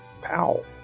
Powell